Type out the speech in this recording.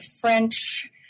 French